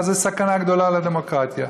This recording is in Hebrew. אז זו סכנה גדולה לדמוקרטיה.